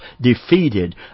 defeated